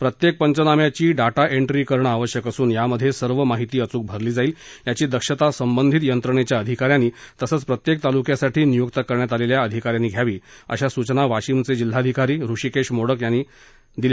प्रत्येक पंचनाम्याची data entry करण आवश्यक असून यामध्ये सर्व माहिती अचूक भरली जाईल याची दक्षता संबंधित यंत्रणेच्या अधिकाऱ्यांनी तसच प्रत्येक तालुक्यासाठी नियुक्त करण्यात आलेल्या अधिकाऱ्यांनी घ्यावी अशा सूचना वाशीमचे जिल्हाधिकारी हृषीकेश मोडक यांनी आज दिल्या